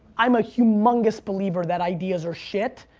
i'm a humongous believer that ideas are shit,